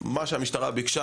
מה שהמשטרה ביקשה.